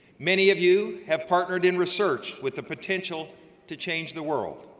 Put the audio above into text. many of you have partnered in research with the potential to change the world.